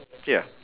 ya